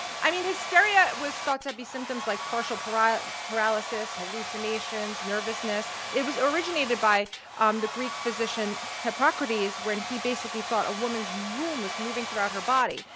i mean, hysteria was thought to be symptoms like partial paralysis, hallucinations, nervousness. it was originated by um the greek physician hippocrates, when he basically thought a woman's womb was moving throughout her body.